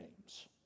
names